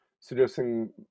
suggesting